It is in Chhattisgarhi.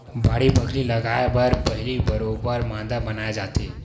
बाड़ी बखरी लगाय बर पहिली बरोबर मांदा बनाए जाथे